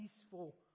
peaceful